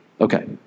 Okay